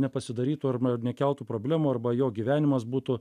nepasidarytų ar nekeltų problemų arba jo gyvenimas būtų